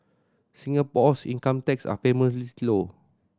Singapore's income taxes are famously low